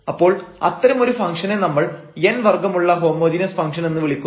അപ്പോൾ അത്തരമൊരു ഫംഗ്ഷനെ നമ്മൾ n വർഗ്ഗമുള്ള ഹോമോജീനസ് ഫംഗ്ഷൻ എന്ന് വിളിക്കുന്നു